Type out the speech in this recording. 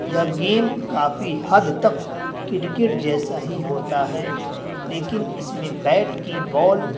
یہ گیم کافی حد تک کرکٹ جیسا ہی ہوتا ہے لیکن اس میں بیٹ کی بال